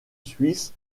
suisse